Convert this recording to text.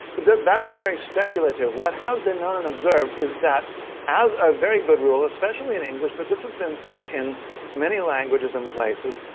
that's very speculative. what has been known and observed is that as a very good rule, especially in english but this has been seen in many languages and places,